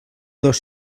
dos